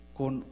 con